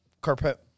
carpet